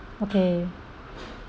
okay